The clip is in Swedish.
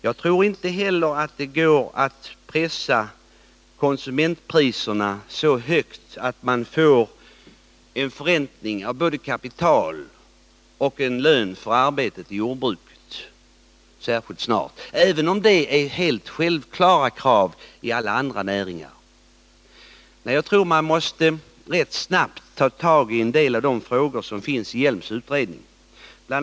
Jag tror inte heller att det går att pressa upp konsumentpriserna så högt att man får både en förräntning av kapital och en lön för arbetet i jordbruket särskilt snart, även om det är självklara krav i andra näringar. Jag tror att man rätt snart måste ta tag i en del av de frågor som finns i Hjelms utredning. BI.